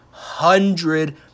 hundred